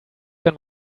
wenn